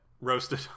roasted